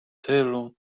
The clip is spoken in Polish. tylu